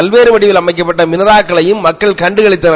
பல்வேறு வடிவில் அமைக்கப்பட்ட மினராக்களையும் மக்கள் கண்டுகளித்தனர்